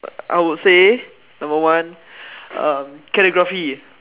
I would say number one um calligraphy